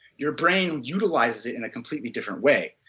your brain utilizes it in a completely different way.